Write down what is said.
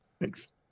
Thanks